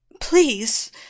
please